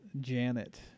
janet